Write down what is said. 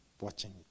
watching